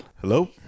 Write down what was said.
Hello